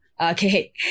Okay